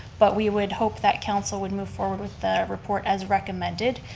but we would hope that council would move forward with that report as recommended,